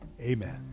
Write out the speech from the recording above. Amen